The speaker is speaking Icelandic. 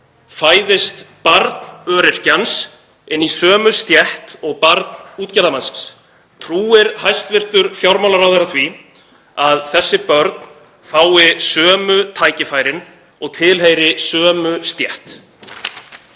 Fæðist barn öryrkjans inn í sömu stétt og barn útgerðarmannsins? Trúir hæstv. fjármálaráðherra því að þessi börn fái sömu tækifæri og tilheyri sömu stétt?